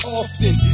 often